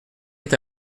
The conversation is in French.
est